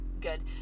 good